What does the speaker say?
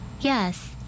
Yes